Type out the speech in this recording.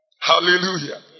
Hallelujah